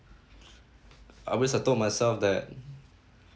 I wish I told myself that